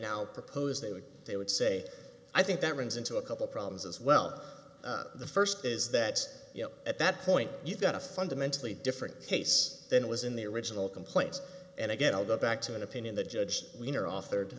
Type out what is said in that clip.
now propose they would they would say i think that runs into a couple problems as well the first is that you know at that point you've got a fundamentally different case than it was in the original complaints and again i'll go back to an opinion that judge wiener authored